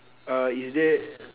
uh is there